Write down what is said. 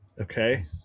Okay